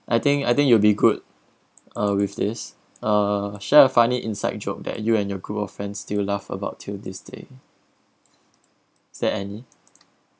I think I think you will be good uh with this uh share a funny inside joke that you and your group of friends still laugh about till this day is there any